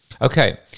Okay